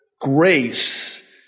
grace